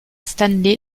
stanley